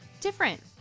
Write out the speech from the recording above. different